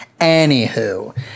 Anywho